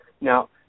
Now